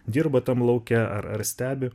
dirba tam lauke ar ar stebi